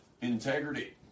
Integrity